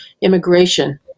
immigration